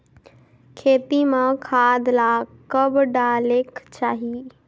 खेती म खाद ला कब डालेक चाही?